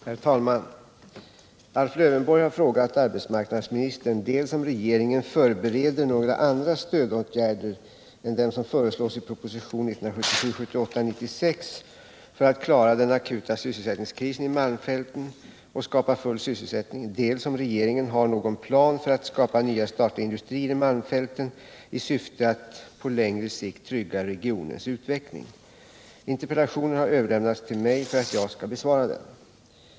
Herr talman! Alf Lövenborg har frågat arbetsmarknadsministern dels om regeringen förbereder några andra stödåtgärder än dem som föreslås i propositionen 1977/78:96 för att klara den akuta sysselsättningskrisen i malmfälten och skapa full sysselsättning, dels om regeringen har någon plan för att skapa nya statliga industrier i malmfälten i syfte att på längre sikt trygga regionens utveckling. Interpellationen har överlämnats till mig för att jag skall besvara den.